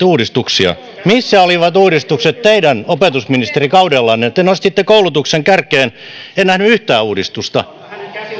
uudistuksia missä olivat uudistukset teidän opetusministerikaudellanne te nostitte koulutuksen kärkeen en nähnyt yhtään uudistusta